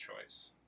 choice